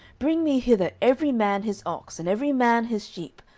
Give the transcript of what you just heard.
bring me hither every man his ox, and every man his sheep,